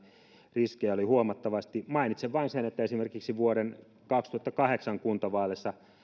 riskejä oli huomattavasti mainitsen vain sen että esimerkiksi vuoden kaksituhattakahdeksan kuntavaaleissa